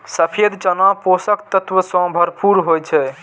सफेद चना पोषक तत्व सं भरपूर होइ छै